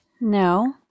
No